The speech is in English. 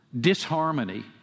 disharmony